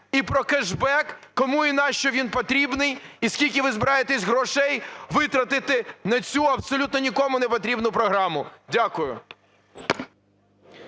і про кешбек, кому і нащо він потрібний і скільки ви збираєтеся грошей витратити на цю абсолютно нікому непотрібну програму? Дякую.